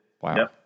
Wow